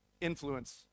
influence